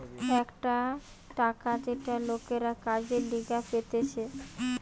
একটা টাকা যেটা লোকরা কাজের লিগে পেতেছে